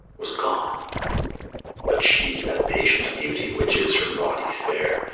was gone but she, that patient beauty which is her body fair,